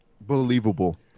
believable